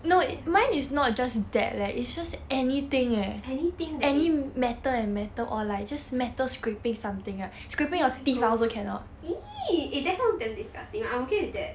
anything that is oh my god !ee! eh that sounds damn disgusting I'm okay with that